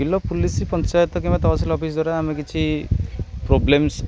କିଲ police panchayat କିମ୍ବା tehsil office ଦାରା ଆମେ କିଛି ପ୍ରୋବ୍ଲେମସ୍